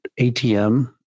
ATM